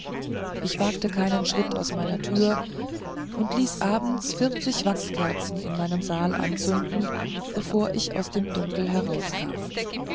ich wagte keinen schritt aus meiner tür und ließ abends vierzig wachskerzen in meinem saal anzünden bevor ich aus dem dunkel heraus